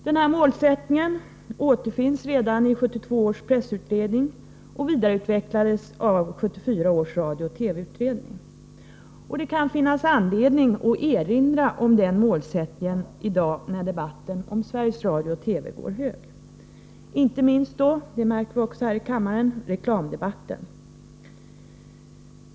Denna målsättning återfinns redan i 1972 års pressutredning och vidareutvecklades av 1974 års radiooch TV-utredning. Det kan finnas anledning att erinra om denna målsättning i dag, när debatten om Sveriges Radio/TV går hög, och då inte minst — det märker vi också här i kammaren — reklamdebatten.